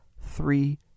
three